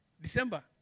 December